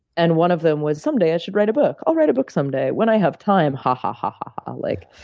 and one of them was, someday, i should write a book. i'll write a book someday when i have time, ha, ha, ha, ha, ha. like,